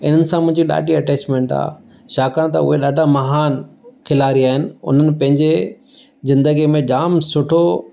इन सां मुंहिंजी ॾाढी अटैचमेंट आहे छाकाणि त उहे ॾाढा महानु खिलाड़ी आहिनि उन्हनि पंहिंजे ज़िंन्दगिअ में जामु सुठो